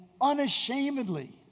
unashamedly